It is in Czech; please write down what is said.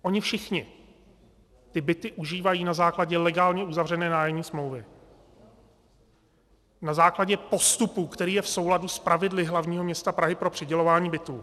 Oni všichni ty byty užívají na základě legálně uzavřené nájemní smlouvy, na základě postupu, který je v souladu s pravidly hlavního města Prahy pro přidělování bytů.